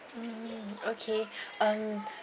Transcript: mm okay um